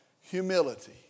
humility